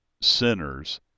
sinners